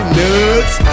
nuts